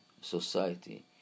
society